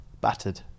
battered